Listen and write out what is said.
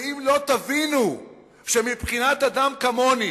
ואם לא תבינו שמבחינת אדם כמוני